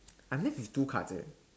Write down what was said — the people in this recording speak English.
I'm left with two cards